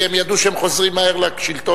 כי הם ידעו שהם חוזרים מהר לשלטון,